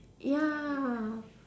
ya